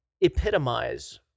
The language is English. epitomize